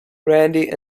randy